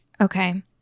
Okay